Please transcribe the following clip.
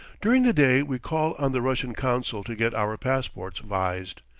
during the day we call on the russian consul to get our passports vised.